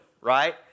right